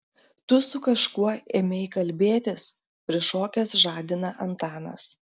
tu su kažkuo ėmei kalbėtis prišokęs žadina antanas